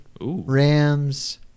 Rams